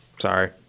Sorry